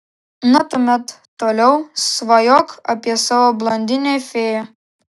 na tuomet toliau svajok apie savo blondinę fėją